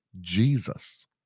Jesus